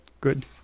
good